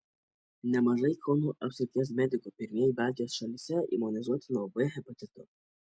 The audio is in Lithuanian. nemažai kauno apskrities medikų pirmieji baltijos šalyse imunizuoti nuo b hepatito